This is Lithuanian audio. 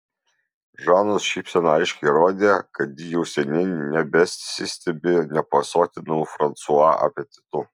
žanos šypsena aiškiai rodė kad ji jau seniai nebesistebi nepasotinamu fransua apetitu